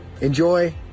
Enjoy